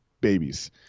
babies